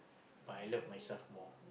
but I love myself more